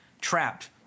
trapped